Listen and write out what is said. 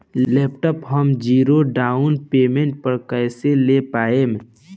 Laptop हम zero down payment पर कैसे ले पाएम?